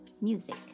music